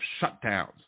shutdowns